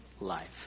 life